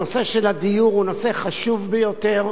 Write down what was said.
הנושא של הדיור הוא נושא חשוב ביותר,